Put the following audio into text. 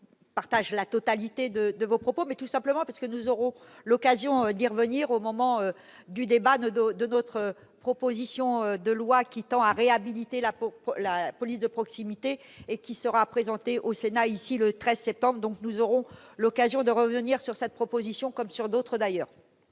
partage la totalité de de vos propos, mais tout simplement parce que nous aurons l'occasion d'y revenir au moment du débat, de dos, de notre proposition de loi qui tend à réhabiliter la peau, la police de proximité et qui sera présenté au sénat, ici le 13 septembre donc nous aurons l'occasion de revenir sur cette proposition, comme sur d'autres d'ailleurs.